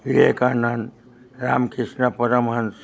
Vivekananda Ram Krishna Paramahamsa